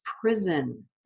prison